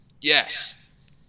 Yes